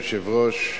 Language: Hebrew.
אדוני היושב-ראש,